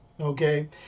Okay